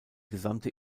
gesamte